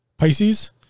Pisces